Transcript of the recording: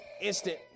instant